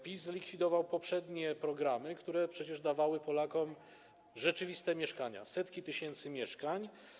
PiS zlikwidował poprzednie programy, które dawały Polakom rzeczywiste mieszkania, setki tysięcy mieszkań.